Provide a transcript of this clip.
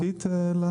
בסדר גמור.